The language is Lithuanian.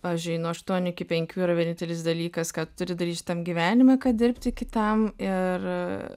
pavyzdžiui nuo aštuonių iki penkių yra vienintelis dalykas ką tu turi daryt šitam gyvenime kad dirbti kitam ir